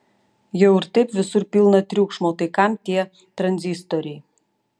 jau ir taip visur pilna triukšmo tai kam tie tranzistoriai